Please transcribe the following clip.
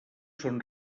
són